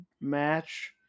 match